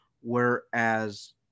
whereas